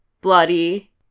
bloody